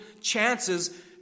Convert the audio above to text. chances